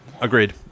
Agreed